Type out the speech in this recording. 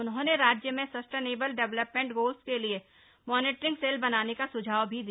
उन्होंने राज्य में सस्टेनेबल डेवलपमेंट गोल्स के लिए मॉनिटरिंग सेल बनाने का सुझाव भी दिया